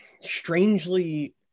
strangely